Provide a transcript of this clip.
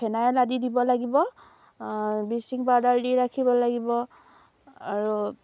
phenyl আদি দিব লাগিব ব্লিচিং পাউডাৰ দি ৰাখিব লাগিব আৰু